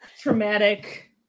traumatic